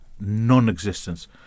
non-existence